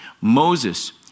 Moses